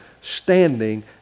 standing